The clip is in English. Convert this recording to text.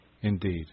Indeed